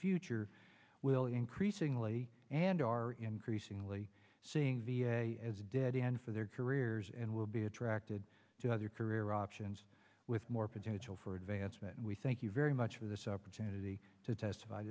future will increasingly and are increasingly seeing v a as a dead end for their careers and will be attracted to other career options with more potential for advancement we thank you very much for this opportunity to testify